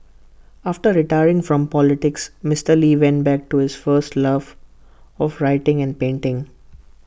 after retiring from politics Mister lee went back to his first love of writing and painting